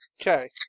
Okay